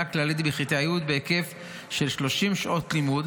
כללית בכיתה י' בהיקף של 30 שעות לימוד